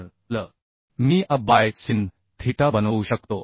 तर l मी a by sin theta बनवू शकतो